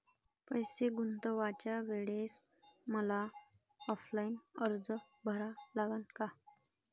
पैसे गुंतवाच्या वेळेसं मले ऑफलाईन अर्ज भरा लागन का?